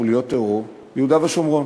חוליות טרור ביהודה ושומרון,